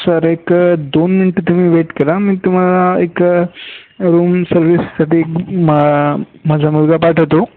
sir एक दोन मिंंटं तुम्ही वेट करा मी तुम्हाला एक रूम सर्विससाठी मा माझा मुलगा पाठवतो